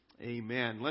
Amen